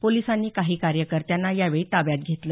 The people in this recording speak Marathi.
पोलिसांनी काही कार्यकर्त्यांना यावेळी ताब्यात घेतल